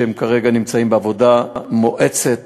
כרגע נמצאים בעבודה מואצת